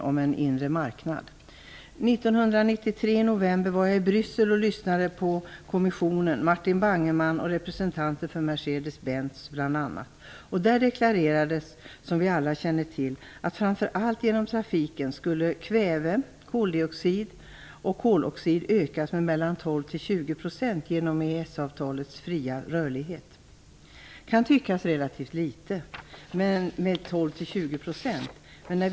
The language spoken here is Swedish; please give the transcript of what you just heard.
I november 1993 var jag i Bryssel och lyssnade på kommissionen, Martin Bangemann och representanter för Mercedes-Benz bl.a. Där deklarerades, vilket vi alla känner till, att framför allt genom trafiken skulle nivåerna av kväve, koldioxid och koloxid öka med mellan 12 och 20 % till följd av den fria rörligheten i EES-avtalet. 12-20 % kan tyckas vara relativt litet.